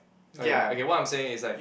okay okay what I'm saying is like